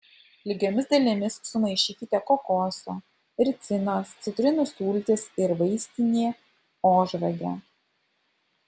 lygiomis dalimis sumaišykite kokoso ricinos citrinų sultis ir vaistinė ožragę